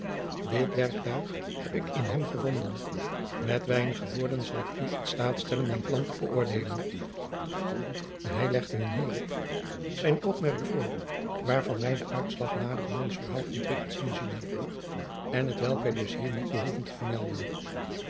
dit werktuig heb ik in hem gevonden met weinige woorden zal ik u in staat stellen mijn plan te bëoordeelen hij legde hun hierop zijn oogmerk voor waarvan wij den uitslag nader in ons verhaal ontwikkeld zien zullen en hetwelk wij dus hier niet behoeven te vermelden